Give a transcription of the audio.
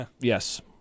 Yes